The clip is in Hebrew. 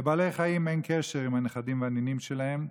לבעלי חיים אין קשר עם הנכדים והנינים שלהם,